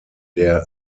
der